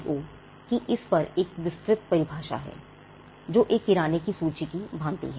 WIPO की इस पर एक विस्तृत परिभाषा है जो एक किराने की सूची की भांति है